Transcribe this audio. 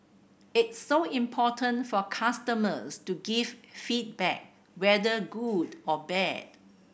it's so important for customers to give feedback whether good or bad